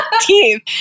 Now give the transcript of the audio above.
teeth